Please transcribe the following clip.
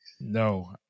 No